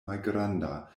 malgranda